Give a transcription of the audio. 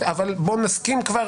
אבל בואו נסכים כבר